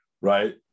right